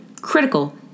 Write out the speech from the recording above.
critical